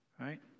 right